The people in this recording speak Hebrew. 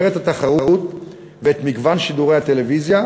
את התחרות ואת מגוון שידורי הטלוויזיה,